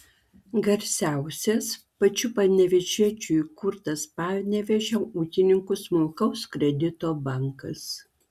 garsiausias pačių panevėžiečių įkurtas panevėžio ūkininkų smulkaus kredito bankas